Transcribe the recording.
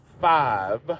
five